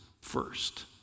first